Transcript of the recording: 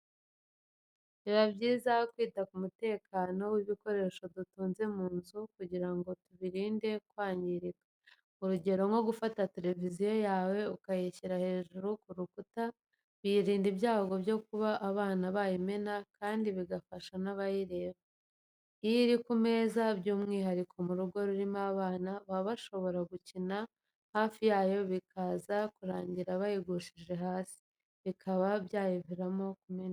Biba byiza kwita ku mutekeno w'ibikoresho dutunze mu nzu kugira ngo tubirinde kwangirika, urugero nko gufata televiziyo yawe ukayishyira hejuru ku rukuta biyirinda ibyago byo kuba abana bayimena kandi bigafasha n'abayireba. Iyo iri ku meza by'umwihariko mu rugo rurimo abana, baba bashobora gukinira hafi yayo bikaza kurangira bayigushije hasi, bikaba byayiviramo kumeneka.